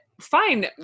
fine